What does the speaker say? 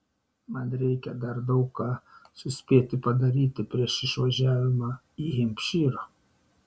man reikia dar daug ką suspėti padaryti prieš išvažiavimą į hempšyrą